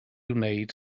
wneud